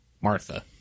Martha